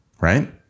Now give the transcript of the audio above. right